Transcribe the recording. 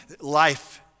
Life